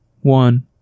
one